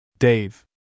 Dave